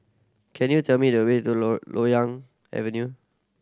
can you tell me the way to Loyang Avenue